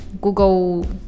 google